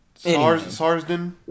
Sarsden